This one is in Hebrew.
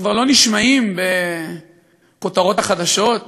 שכבר לא נשמעים בכותרות החדשות,